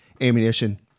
ammunition